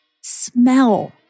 Smell